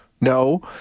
No